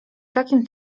takim